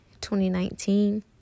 2019